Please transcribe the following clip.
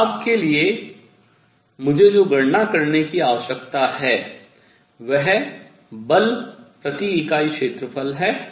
अब दाब के लिए मुझे जो गणना करने की आवश्यकता है वह बल प्रति इकाई क्षेत्रफल है